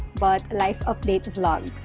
but life update vlog.